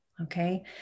Okay